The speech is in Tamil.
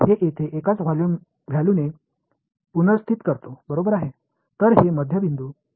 எனவே இது இடைநிலை மற்றும் இந்த ஒருங்கிணைப்பை செவ்வகத்தின் பரப்பளவால் தோராயமாக மதிப்பிடுகிறது